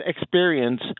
experience